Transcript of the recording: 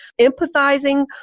empathizing